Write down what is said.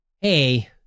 hey